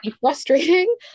frustrating